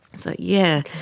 so yeah,